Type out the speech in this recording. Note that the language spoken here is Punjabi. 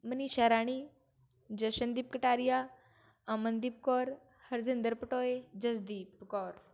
ਮਨੀਸ਼ਾ ਰਾਣੀ ਜਸ਼ਨਦੀਪ ਕਟਾਰੀਆ ਅਮਨਦੀਪ ਕੌਰ ਹਰਜਿੰਦਰ ਪਟੋਏ ਜਸਦੀਪ ਕੌਰ